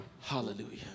hallelujah